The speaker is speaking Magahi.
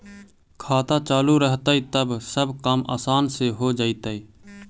खाता चालु रहतैय तब सब काम आसान से हो जैतैय?